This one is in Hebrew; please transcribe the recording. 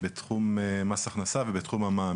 בתחום מס הכנסה ובתחום המע"מ.